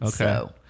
Okay